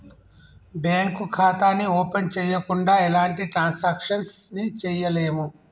bank ఖాతాని open చెయ్యకుండా ఎలాంటి ట్రాన్సాక్షన్స్ ని చెయ్యలేము